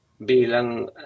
bilang